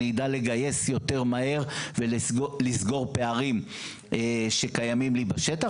אני אדע לגייס יותר מהר ולסגור פערים שקיימים לי בשטח,